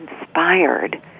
inspired